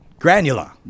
Granula